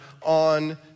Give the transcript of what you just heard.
on